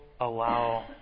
allow